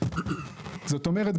זאת אומרת,